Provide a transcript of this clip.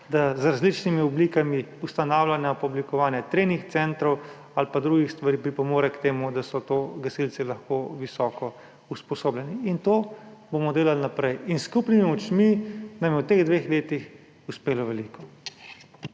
da z različnimi oblikami ustanavljanja in oblikovanja trening centrov ali drugih stvari pripomore k temu, da so gasilci lahko visoko usposobljeni. In to bomo delali naprej. S skupnimi močmi nam je v teh dveh letih uspelo veliko.